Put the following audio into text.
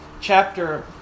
chapter